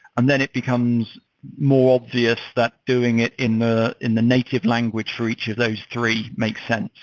and then, it becomes more obvious that doing it in the in the native language for each of those three makes sense,